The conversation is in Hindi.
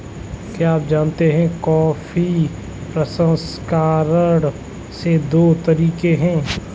क्या आप जानते है कॉफी प्रसंस्करण के दो तरीके है?